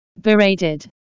Berated